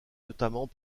notamment